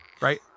Right